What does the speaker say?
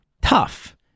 Tough